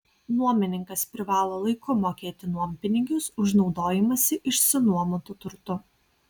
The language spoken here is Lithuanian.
nuomininkas privalo laiku mokėti nuompinigius už naudojimąsi išsinuomotu turtu